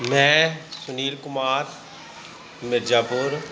ਮੈਂ ਸੁਨੀਲ ਕੁਮਾਰ ਮਿਰਜਾਪੁਰ